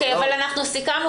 תארו לעצמכם --- סיכמנו,